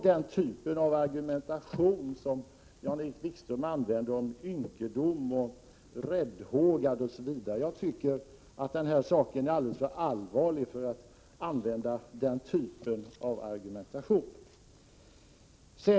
Den typ av argumentation som Jan-Erik Wikström använde — om ynkedom, räddhåga osv. — tycker jag faktiskt inte om. Den här saken är alldeles för allvarlig för att man skall tillgripa den typen av argumentation.